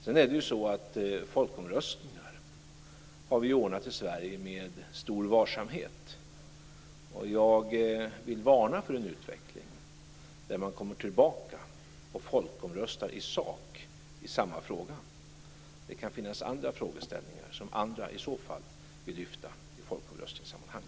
Det är vidare så att vi i Sverige har anordnat folkomröstningar med stor varsamhet. Jag vill varna för en utveckling där man kommer tillbaka till folkomröstning sakligt sett i samma fråga. I så fall kan andra vilja lyfta fram andra frågeställningar i folkomröstningssammanhang.